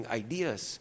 ideas